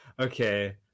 okay